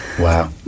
Wow